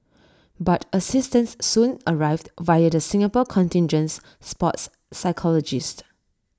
but assistance soon arrived via the Singapore contingent's sports psychologist